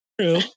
True